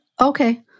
Okay